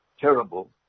terrible